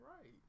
Right